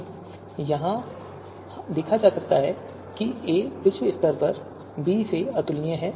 आप यहाँ देख सकते हैं a विश्व स्तर पर b से अतुलनीय है